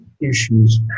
issues